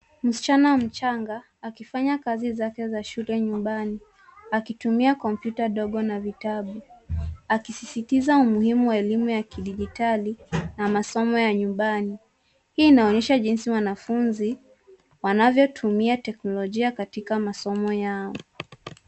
Msichana mchanga akifanya kazi zake za shule nyumbani akitumia kompyuta ndogo na vitabu. Akisisitizi umuhimu wa elimu ya kidijitali na masomo ya nyumbani. Hii inaonyesha jinsi wanafunzi wanavyotumia teknolojia katika masomo yao.